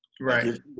Right